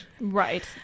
right